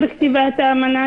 בכתיבת האמנה.